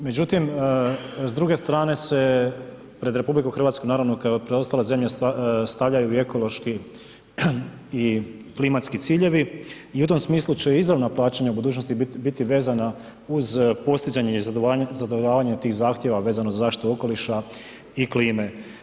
Međutim, s druge strane se pred RH naravno kao i preostale zemlje stavljaju i ekološki i klimatski ciljevi i u tom smislu će i izravna plaćanja u budućnosti biti vezana uz postizanje i zadovoljavanje tih zahtjeva vezano za zaštitu okoliša i klime.